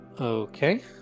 Okay